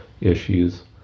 issues